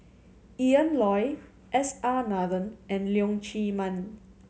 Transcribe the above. Ian Loy S R Nathan and Leong Chee Mun